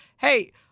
Hey